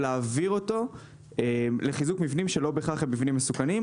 ולהעביר אותו לחיזוק מבנים שהם לא בהכרח מבנים מסוכנים.